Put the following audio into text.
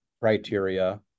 criteria